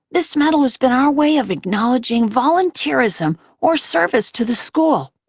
this medal has been our way of acknowledging volunteerism or service to the school.